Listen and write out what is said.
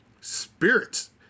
Spirits